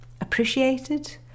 appreciated